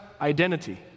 identity